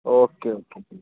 okay okay ശരിയെന്നാൽ